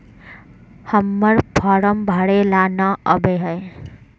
हम्मर फारम भरे ला न आबेहय?